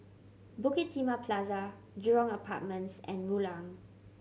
Bukit Timah Plaza Jurong Apartments and Rulang